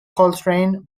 coltrane